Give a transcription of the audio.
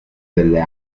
delle